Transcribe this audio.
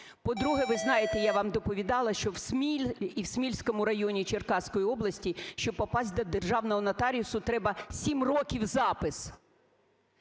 По-друге, ви знаєте, я вам доповідала, що в Смілі і в Смільському районі Черкаської області, щоби попасти до державного нотаріусу, треба сім років запис,